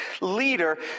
leader